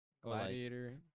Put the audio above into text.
Gladiator